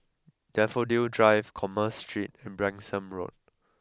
Daffodil Drive Commerce Street and Branksome Road